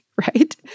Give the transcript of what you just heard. right